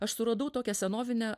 aš suradau tokią senovinę